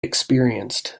experienced